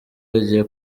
bagiye